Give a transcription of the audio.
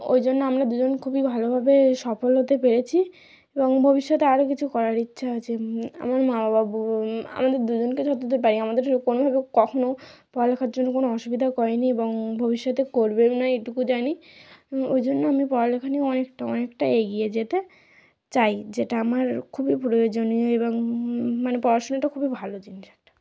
ওই জন্য আমরা দুজন খুবই ভালোভাবে সফল হতে পেরেছি এবং ভবিষ্যতে আরও কিছু করার ইচ্ছা আছে আমার মা আমাদের দুজনকে যতটা পারি আমাদের কোনোভাবে কখনো পড়া লেখার জন্য কোনো অসুবিধা করে নি এবং ভবিষ্যতে করবেও না এটুকু জানি ওই জন্য আমি পড়ালেখা নিয়ে অনেকটা অনেকটা এগিয়ে যেতে চাই যেটা আমার খুবই প্রয়োজনীয় এবং মানে পড়াশুনাটা খুবই ভালো জিনিস একটা